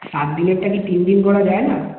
সাত দিনেরটা কি তিন দিন করা যায় না